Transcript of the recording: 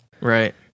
right